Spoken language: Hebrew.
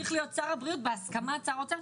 צריך להיות שר הבריאות בהסכמת שר האוצר.